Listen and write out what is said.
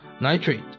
nitrate